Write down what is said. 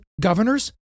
governors